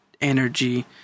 energy